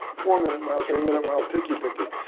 four-minute mile, three-minute mile picky, picky.